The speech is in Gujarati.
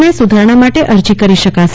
ને સુધારણા માટે અરજી કરી શકાશે